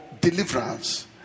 deliverance